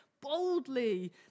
boldly